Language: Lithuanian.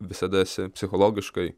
visada esi psichologiškai